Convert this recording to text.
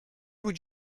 would